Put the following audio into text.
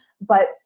But-